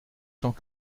cent